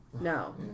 No